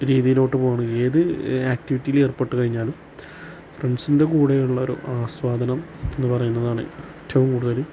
രീതിയിലോട്ട് പോണ് ഏത് ആക്ടിവിറ്റിയിൽ ഏർപ്പെട്ടുകഴിഞ്ഞാലും ഫ്രണ്ട്സിൻ്റെ കുടെയുള്ളൊരു ആസ്വാദനം എന്ന് പറയുന്നതാണ് ഏറ്റവും കൂടുതൽ